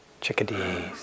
chickadees